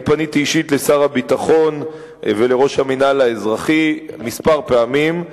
אני פניתי אישית אל שר הביטחון ואל ראש המינהל האזרחי כמה פעמים.